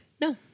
No